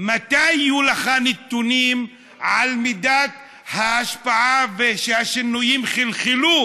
מתי יהיו לך נתונים על מידת ההשפעה וכשהשינויים חלחלו